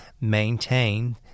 maintain